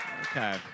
Okay